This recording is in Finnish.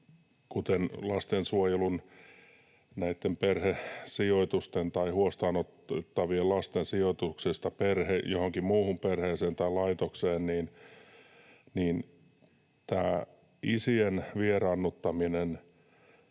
edelleen lastensuojelu, nämä perhesijoitukset tai huostaanotettavien lasten sijoitukset johonkin muuhun perheeseen tai laitokseen ja tämä isien vieraannuttaminen